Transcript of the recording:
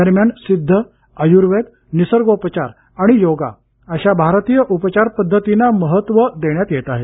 दरम्यान सिध्द आयुर्वेद निसर्गोपचार आणि योगा अशा भारतीय उपचार पध्दतींना महत्त्व देण्यात येत आहे